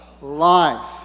life